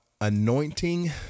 anointing